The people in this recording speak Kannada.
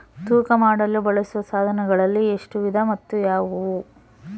ತೂಕ ಮಾಡಲು ಬಳಸುವ ಸಾಧನಗಳಲ್ಲಿ ಎಷ್ಟು ವಿಧ ಮತ್ತು ಯಾವುವು?